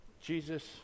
Jesus